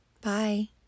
bye